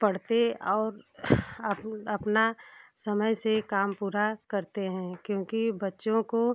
पढ़ते और अप अपना समय से काम पूरा करते हैं क्योंकि बच्चों को